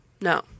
No